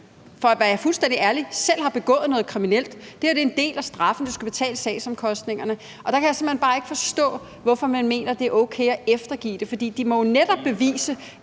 det her er mennesker, som har begået noget kriminelt, og det er en del af straffen, at de skal betale sagsomkostningerne. Der kan jeg simpelt hen bare ikke forstå, hvorfor man mener det er okay at eftergive det. For de må jo bevise,